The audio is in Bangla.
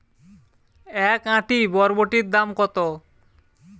এক আঁটি বরবটির দাম কত?